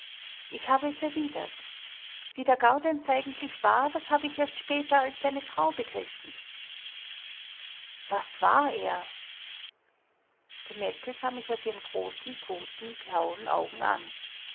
ich habe es erwidert wer der gaudenz eigentlich war das habe ich erst später als seine frau begriffen was war er die mette sah mich aus ihren großen toten blauen augen an